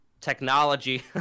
technology